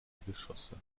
geschosse